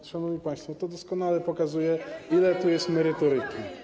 No, szanowni państwo, to doskonale pokazuje, ile tu jest merytoryki.